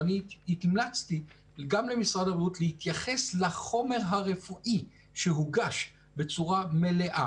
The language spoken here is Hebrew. ואני המלצתי גם למשרד הבריאות להתייחס לחומר הרפואי שהוגש בצורה מלאה.